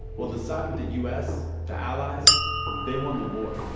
well, the side with the u s. the allies they won the war